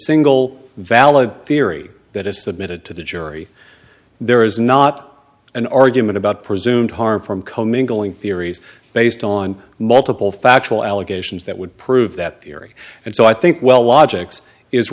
single valid theory that is submitted to the jury there is not an argument about presumed harm from co mingling theories based on multiple factual allegations that would prove that theory and so i think well logics is